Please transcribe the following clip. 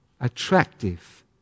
attractive